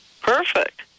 Perfect